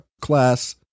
class